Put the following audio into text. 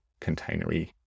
containery